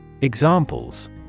examples